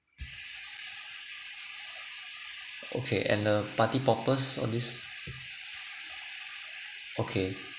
okay and the party purpose for this okay